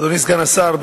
אדוני סגן השר,